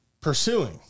pursuing